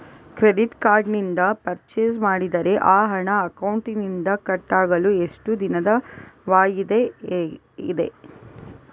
Credit card ನಿಂದ purchase ಮಾಡಿದರೆ ಆ ಹಣ ಅಕೌಂಟಿನಿಂದ ಕಟ್ ಆಗಲು ಎಷ್ಟು ದಿನದ ವಾಯಿದೆ ಇದೆ?